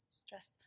stress